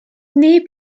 neb